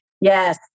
Yes